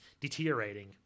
deteriorating